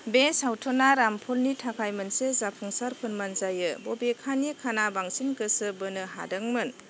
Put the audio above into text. बे सावथुना रामफालनि थाखाय मोनसे जाफुंसार फोरमान जायो बबेखानि खाना बांसिन गोसो बोनो हादोंमोन